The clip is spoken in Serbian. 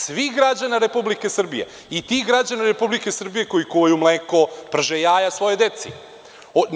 Svih građana Republike Srbije i tih građana Republike Srbije koji kuvaju mleko, prže jaja svojoj deca.